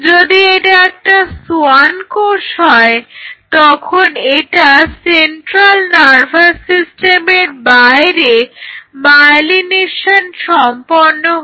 যদি এটা একটা সোয়ান কোষ হয় তখন এটা সেন্ট্রাল নার্ভাস সিস্টেমের বাইরে মায়েলিনেশন সম্পন্ন হতে সাহায্য করে